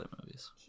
movies